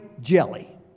jelly